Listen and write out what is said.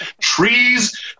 trees